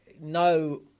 no